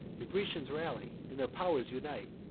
the grecians rally, and their pow'rs unite,